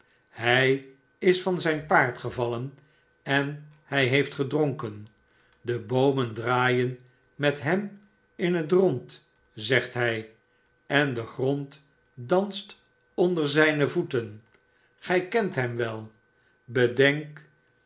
hij is van zijn paard gevallen en hij heeft gedronken de boomen draaien met hem in het rond zegt hij en de grond danst onder zijne voeten gij kent hem wel bedenk